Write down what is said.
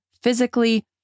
physically